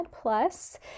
Plus